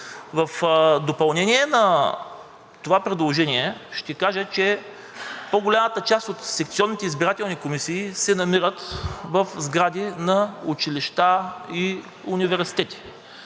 В допълнение на това предложение ще кажа, че по-голямата част от секционните избирателни комисии се намират в сгради на училища и университети,